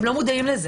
הם לא מודעים לזה